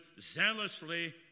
zealously